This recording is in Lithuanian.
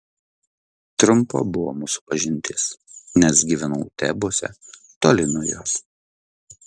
trumpa buvo mūsų pažintis nes gyvenau tebuose toli nuo jos